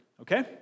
Okay